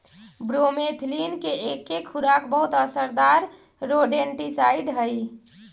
bromethalin के एके खुराक बहुत असरदार रोडेंटिसाइड हई